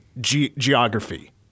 geography